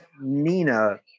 Nina